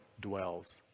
dwells